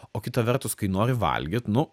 o kita vertus kai nori valgyt nu